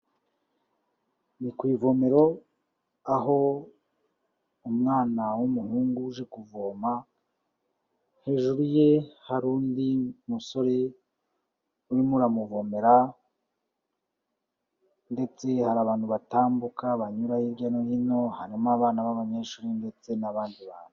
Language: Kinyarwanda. Ni ku ivomero aho umwana w'umuhungu uje kuvoma, hejuru ye hari undi musore urimo uramuvomera, ndetse hari abantu batambuka banyura hirya no hino, harimo abana b'abanyeshuri ndetse n'abandi bantu.